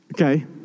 okay